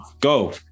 Go